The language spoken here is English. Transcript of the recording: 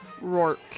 rourke